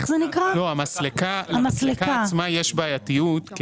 במסלקה עצמה יש בעייתיות,